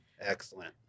Excellent